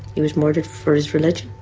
he was murdered for his religion.